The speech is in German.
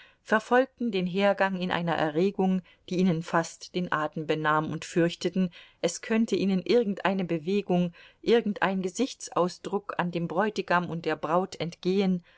verfolgten den hergang in einer erregung die ihnen fast den atem benahm und fürchteten es könnte ihnen irgendeine bewegung irgendein gesichtsausdruck an dem bräutigam und der braut entgehen